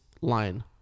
line